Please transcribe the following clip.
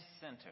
center